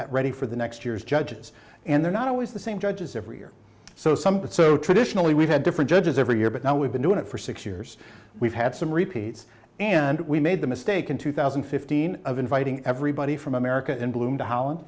that ready for the next year's judges and they're not always the same judges every year so some but so traditionally we've had different judges every year but now we've been doing it for six years we've had some repeats and we made the mistake in two thousand and fifteen of inviting everybody from america in bloom to holland